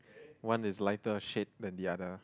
one is lighter shade than the other